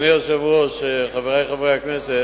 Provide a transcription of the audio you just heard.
בעד, 13,